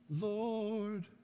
Lord